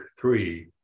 three